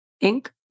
ink